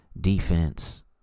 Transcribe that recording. defense